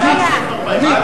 מה הבעיה?